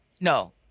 No